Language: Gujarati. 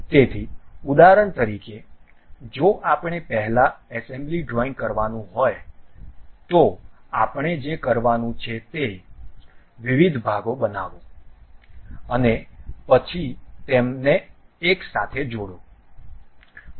તેથી ઉદાહરણ તરીકે જો આપણે પહેલા એસેમ્બલી ડ્રોઇંગ કરવાનું હોય તો આપણે જે કરવાનું છે તે છે વિવિધ ભાગો બનાવો અને પછી તેમાં એક સાથે જોડો